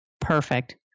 Perfect